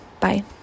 Bye